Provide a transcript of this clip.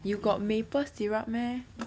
I think think